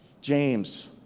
James